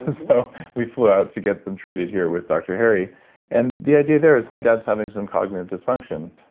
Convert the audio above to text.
so we flew out to get them treated here with dr. harry and the idea there is my dad is having some cognitive dysfunction.